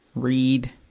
read,